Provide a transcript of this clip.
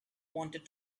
wanted